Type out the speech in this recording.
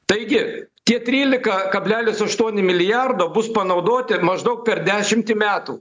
taigi tie trylika kablelis aštuoni milijardo bus panaudoti maždaug per dešimtį metų